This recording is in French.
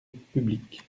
public